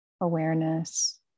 awareness